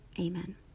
Amen